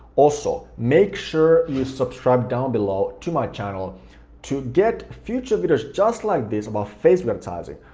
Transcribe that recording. also, make sure you subscribe down below to my channel to get future videos just like this about facebook advertising,